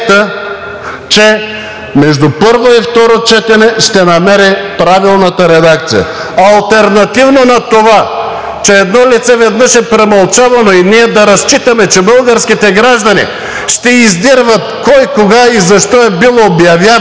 че между първо и второ четене ще намери правилната редакция. Алтернативно на това, че едно лице веднъж е премълчавано и ние да разчитаме, че българските граждани ще издирват кой, кога и защо е бил обявяван,